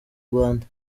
rwanda